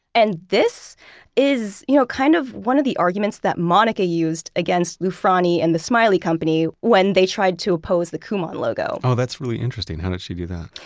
and this is you know kind of one of the arguments that monica used against loufrani and the smiley company when they tried to oppose the kumon logo oh, that's really interesting. how did she do that?